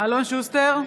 אלון שוסטר,